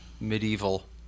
medieval